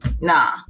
nah